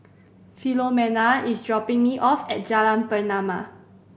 Philomena is dropping me off at Jalan Pernama